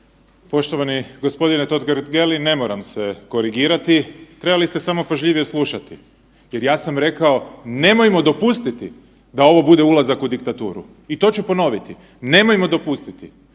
Poštovani gospodine Totgergeli ne moram se korigirati, trebali ste samo pažljivije slušati. Jer ja sam rekao nemojmo dopustiti da ovo bude ulazak u diktaturu. I to ću ponoviti, nemojmo dopustiti.